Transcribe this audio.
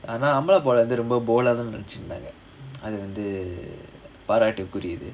ஆனா:aanaa amalapaul வந்து:vanthu bold ah தான் நடிச்சிருந்தாங்க அது வந்து பாராட்டகுறியது:thaan nadichirunthaanga athu vanthu paaraattakuriyathu